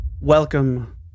welcome